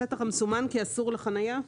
שטח המסומן כאסור לחנייה?